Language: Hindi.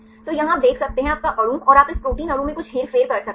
तो यहाँ आप देख सकते हैं आपका अणु और आप इस प्रोटीन अणु में कुछ हेरफेर कर सकते हैं